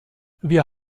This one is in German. wir